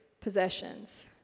possessions